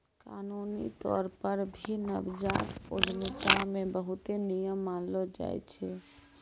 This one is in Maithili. कानूनी तौर पर भी नवजात उद्यमिता मे बहुते नियम मानलो जाय छै